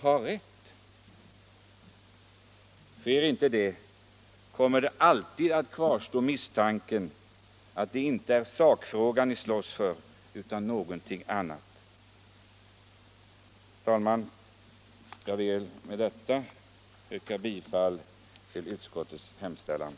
Sker icke det, kommer alltid att kvarstå misstanken att det inte är sakfrågan ni slåss för utan någonting annat. Herr talman! Jag ber med detta att få yrka bifall till utskottets hemställan.